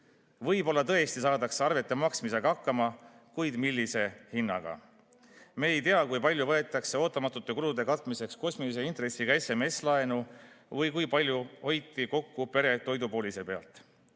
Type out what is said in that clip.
Võib-olla tõesti saadakse arvete maksmisega hakkama, kuid millise hinnaga? Me ei tea, kui palju võetakse ootamatute kulude katmiseks kosmilise intressiga SMS‑laenu või kui palju hoiti kokku pere toidupoolise